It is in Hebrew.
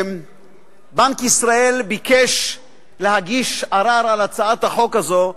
בנק ישראל ביקש להגיש ערר על הצעת החוק הזו,